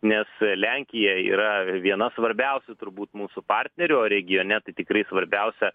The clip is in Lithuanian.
nes lenkija yra viena svarbiausių turbūt mūsų partnerių o regione tai tikrai svarbiausia